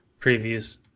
Previews